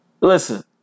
Listen